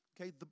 Okay